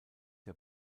der